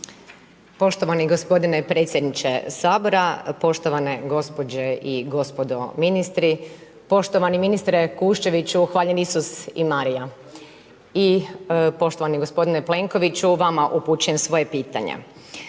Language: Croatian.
Poštovani gospodine predsjedniče Sabora, poštovane gospođe i gospodo ministre. Poštovani ministre Kuščeviću hvaljen Isus i Marija i poštovani gospodine Plenkoviću vama upućujem svoje pitanje.